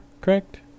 correct